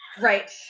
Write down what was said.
right